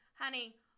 honey